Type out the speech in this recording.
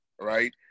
right